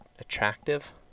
attractive